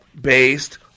based